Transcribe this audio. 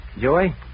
Joey